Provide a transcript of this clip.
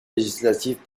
législatives